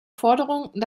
forderung